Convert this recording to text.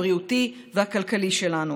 הבריאותי והכלכלי שלנו.